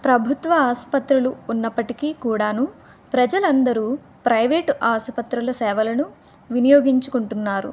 ప్రభుత్వ ఆసుపత్రులు ఉన్నప్పటికీ కూడాను ప్రజలందరూ ప్రైవేటు ఆసుపత్రుల సేవలను వినియోగించుకుంటున్నారు